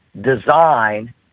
design